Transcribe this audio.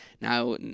now